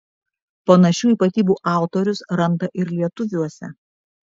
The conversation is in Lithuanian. panašių ypatybių autorius randa ir lietuviuose